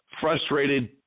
frustrated